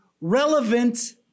relevant